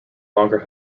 longer